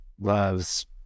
loves